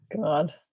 god